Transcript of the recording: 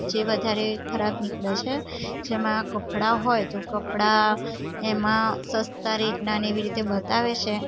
જે વધારે ખરાબ નીકળે છે જેમાં કપડાં હોય તો કપડાં એમાં સસ્તાં રીતના અને એવી રીતે બતાવે છે